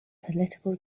political